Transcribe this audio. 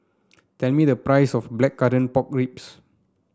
tell me the price of Blackcurrant Pork Ribs